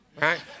right